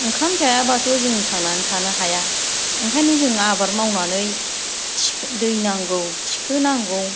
ओंखाम जायाब्लाथ' जों थांनानै थानो हाया ओंखायनो जों आबाद मावनानै दै नांगौ थिखांनांगौ